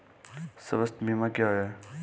स्वास्थ्य बीमा क्या है?